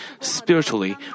spiritually